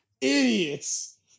Idiots